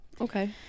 Okay